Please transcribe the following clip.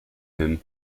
him